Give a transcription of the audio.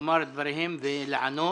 לומר את דבריהם ולענות.